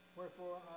Wherefore